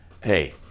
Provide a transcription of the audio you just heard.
hey